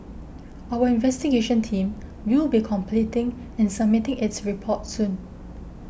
our investigation team will be completing and submitting its report soon